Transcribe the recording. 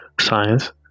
science